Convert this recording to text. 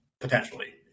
potentially